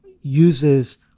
uses